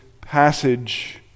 passage